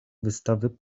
wystawy